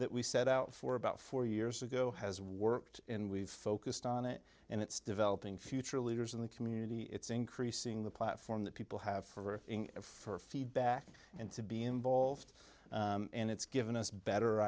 that we set out for about four years ago has worked in we've focused on it and it's developing future leaders in the community it's increasing the platform that people have for for feedback and to be involved and it's given us better